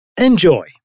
Enjoy